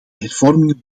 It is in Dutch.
hervormingen